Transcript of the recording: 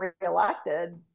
reelected